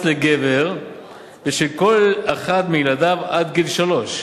לגבר בשל כל אחד מילדיו עד גיל שלוש,